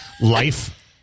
Life